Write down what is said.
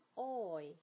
oi